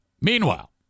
Meanwhile